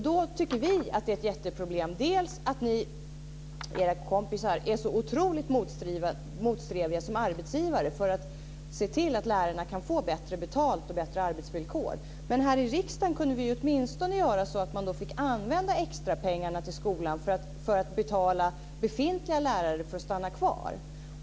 Då tycker vi att det är ett jätteproblem att ni och era kompisar är så otroligt motsträviga som arbetsgivare för att se till att lärarna kan få bättre betalt och bättre arbetsvillkor. Men här i riksdagen kunde vi åtminstone göra så att vi bestämde att man fick använda extrapengarna till skolan för att betala befintliga lärare för att stanna kvar.